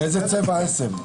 באיזה צבע העשב?